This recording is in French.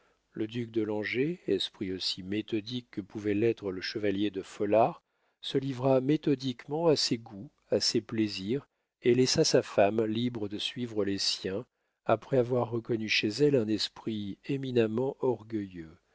le duc de langeais esprit aussi méthodique que pouvait l'être le chevalier de folard se livra méthodiquement à ses goûts à ses plaisirs et laissa sa femme libre de suivre les siens après avoir reconnu chez elle un esprit éminemment orgueilleux